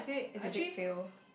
it's a big fail